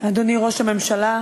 אדוני ראש הממשלה,